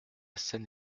scène